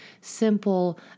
simple